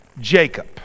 Jacob